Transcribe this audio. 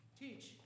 Teach